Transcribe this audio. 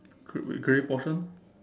grey grey portion